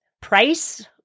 price